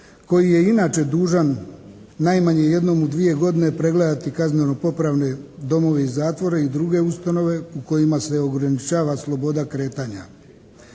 koji je i inače dužan najmanje jednom u dvije godine pregledati kazneno-popravne domove i zatvore i druge ustanove u kojima se ograničava sloboda kretanja.